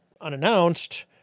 unannounced